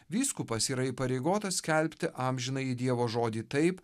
vyskupas yra įpareigotas skelbti amžinąjį dievo žodį taip